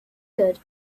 good